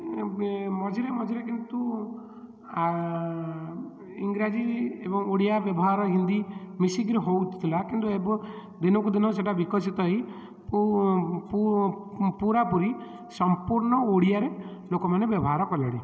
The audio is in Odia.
ମଝିରେ ମଝିରେ କିନ୍ତୁ ଇଂରାଜୀ ଏବଂ ଓଡ଼ିଆ ବ୍ୟବହାର ହିନ୍ଦୀ ମିଶିକିରି ହେଉଥିଲା କିନ୍ତୁ ଏବେ ଦିନକୁ ଦିନ ସେଇଟା ବିକଶିତ ହୋଇ ପୁରାପୁରି ସମ୍ପୂର୍ଣ୍ଣ ଓଡ଼ିଆରେ ଲୋକମାନେ ବ୍ୟବହାର କଲେଣି